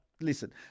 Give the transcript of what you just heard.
listen